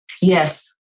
Yes